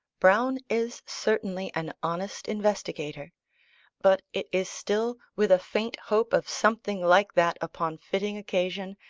browne is certainly an honest investigator but it is still with a faint hope of something like that upon fitting occasion,